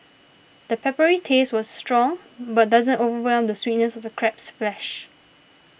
the peppery taste was strong but doesn't overwhelm the sweetness of crab's flesh